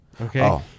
Okay